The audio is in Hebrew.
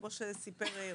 כמו שסיפר רוני.